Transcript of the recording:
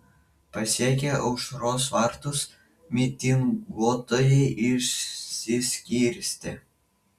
pasiekę aušros vartus mitinguotojai išsiskirstė